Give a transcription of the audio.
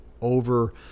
over